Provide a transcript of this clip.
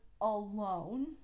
alone